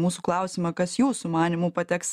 mūsų klausimą kas jūsų manymu pateks